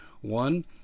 One